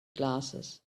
glasses